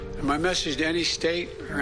קובע כעת הפסקה בדיוני המליאה.